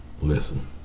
listen